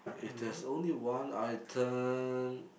if there's only one item